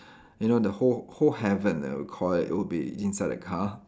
you know the whole whole heaven that we call it would be inside a car